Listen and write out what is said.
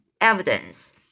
evidence